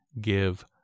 give